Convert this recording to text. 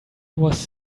was